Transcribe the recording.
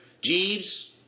Jeeves